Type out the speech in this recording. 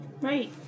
Right